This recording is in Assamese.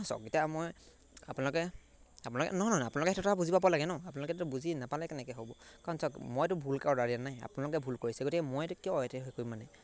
চাওক এতিয়া মই আপোনালোকে আপোনালোকে নহয় নহয় আপোনালোকে সেইটা বুজিব পাব লাগে ন আপোনালোকেতো বুজি নাপালে কেনেকৈ হ'ব কাৰণ চাওক মইতো ভুলকৈ অৰ্ডাৰ দিয়া নাই আপোনালোকে ভুল কৰিছে গতিকে মইতো কিয় এতিয়া সেই কৰিম মানে